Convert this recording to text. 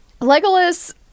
Legolas